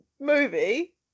movie